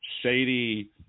shady